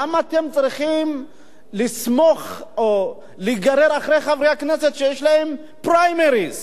למה אתם צריכים לסמוך או להיגרר אחרי חברי כנסת שיש להם פריימריס